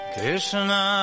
Krishna